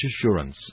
assurance